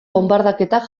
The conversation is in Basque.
bonbardaketak